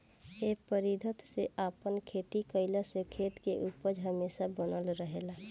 ए पद्धति से आपन खेती कईला से खेत के उपज हमेशा बनल रहेला